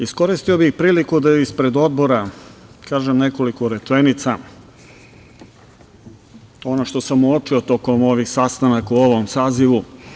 Iskoristio bih priliku da ispred Odbora kažem nekoliko rečenica, ono što sam uočio tokom ovih sastanaka u ovom sazivu.